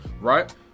right